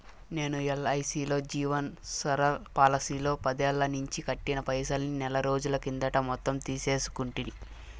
నేను ఎల్ఐసీలో జీవన్ సరల్ పోలసీలో పదేల్లనించి కట్టిన పైసల్ని నెలరోజుల కిందట మొత్తం తీసేసుకుంటి